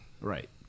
Right